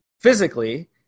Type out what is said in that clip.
physically